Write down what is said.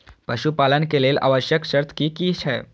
पशु पालन के लेल आवश्यक शर्त की की छै?